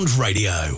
radio